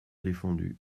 défendu